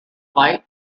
light